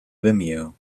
vimeo